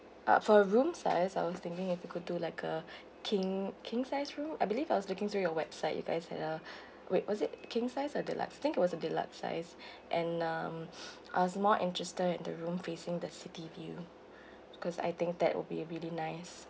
uh for a room size I was thinking if you could do like a king king size room I believe I was looking through your website you guys had a wait was it king size or deluxe I think it was a deluxe size and um I was more interested in the room facing the city view cause I think that would be a really nice